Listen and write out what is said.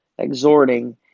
Exhorting